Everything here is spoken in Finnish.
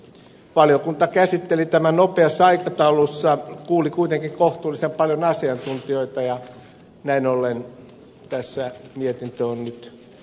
valiokunta käsitteli tämän nopeassa aikataulussa kuuli kuitenkin kohtuullisen paljon asiantuntijoita ja näin ollen tässä mietintö on nyt jaettu yksimielisenä